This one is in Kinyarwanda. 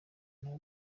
nawe